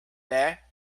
there